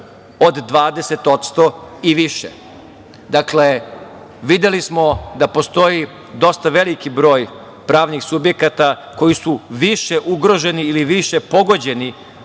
od 20% i više. Dakle, videli smo da postoji dosta veliki broj pravnih subjekata koji su više ugroženi ili više pogođeni